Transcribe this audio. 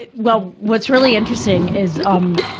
and well, what's really interesting is, um